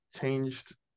changed